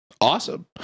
Awesome